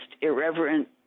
irreverent